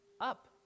up